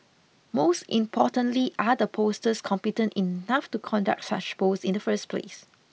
most importantly are the pollsters competent enough to conduct such polls in the first place